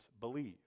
believe